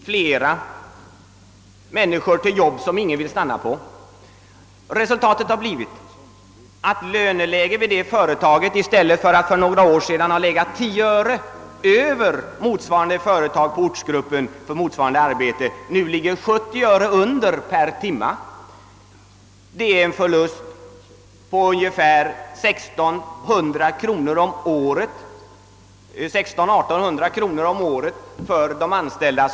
För några år sedan var förtjänsten 10 öre högre än vid motsvarande företag på andra orter och nu ligger den 70 öre lägre än vid andra företag. Detta medför en förlust på 1 600—1 800 kronor om året för varje anställd.